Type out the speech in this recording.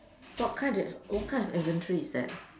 what kind of what kind of inventory is that